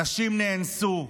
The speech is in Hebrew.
נשים נאנסו,